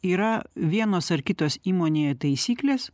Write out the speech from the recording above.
yra vienos ar kitos įmonėje taisyklės